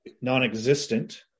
non-existent